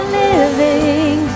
living